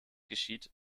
geschieht